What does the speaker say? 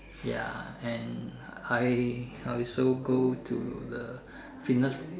ya and I also go to the fitness